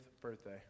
birthday